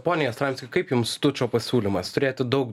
pone jastramski kaip jums tučo pasiūlymas turėti daug